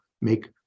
make